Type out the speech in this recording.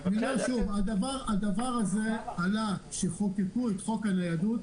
מבקש -- הדבר הזה עלה כשחוקקו את חוק הניידות.